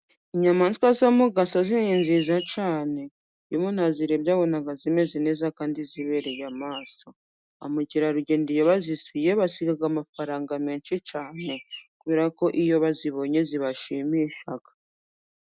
Inyamaswa zo mu gasozi ni nziza cyane, iyo umuntu azirebye abona zimeze neza kandi zibereye amaso, ba mukerarugendo iyo bazisuye basiga amafaranga menshi cyane, kubera ko iyo bazibonye zibashimisha.